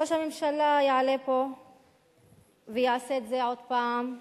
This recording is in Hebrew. ראש הממשלה יעלה פה ויעשה את זה עוד פעם,